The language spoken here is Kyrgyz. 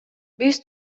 биз